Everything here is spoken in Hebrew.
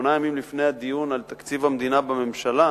שמונה ימים לפני הדיון על תקציב המדינה בממשלה,